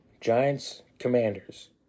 Giants-Commanders